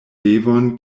devon